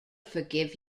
forgive